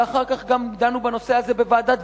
ואחר כך גם דנו בנושא הזה בוועדת-וינוגרד,